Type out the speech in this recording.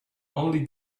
only